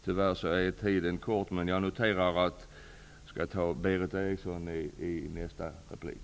Taletiden är kort, varför jag återkommer till Berith Eriksson i nästa replik.